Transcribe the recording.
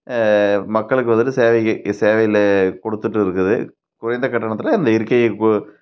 மக்களுக்கு வந்துட்டு சேவைக்கு இ சேவையில் கொடுத்துட்டு இருக்குது குறைந்த கட்டணத்தில் இந்த இருக்கைகள்